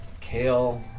kale